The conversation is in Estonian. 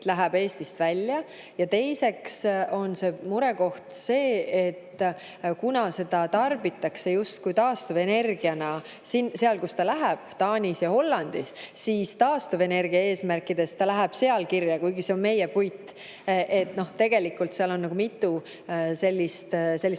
läheb Eestist välja ja teiseks on murekoht see, et kuna seda tarbitakse justkui taastuvenergiana seal, kuhu see läheb – Taanis ja Hollandis –, siis taastuvenergia eesmärkide saavutamisel see läheb seal kirja, kuigi see on meie puit. Nii et tegelikult seal on mitu murekohta lisaks